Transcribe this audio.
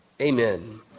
Amen